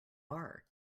are